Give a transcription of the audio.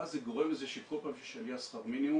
ואז זה גורם לזה שכל פעם שיש עלייה בשכר המינימום